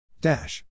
Dash